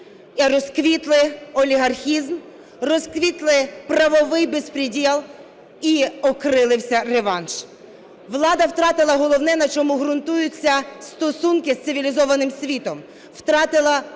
розквітли олігархізм, розквітли правовий безпредєл і окрилився реванш. Влада втратила головне, на чому ґрунтуються стосунки з цивілізованим світом – втратила довіру.